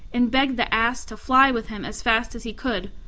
and begged the ass to fly with him as fast as he could,